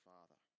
Father